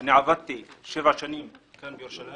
אני עבדתי שבע שנים בירושלים.